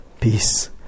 peace